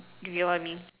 you get what I mean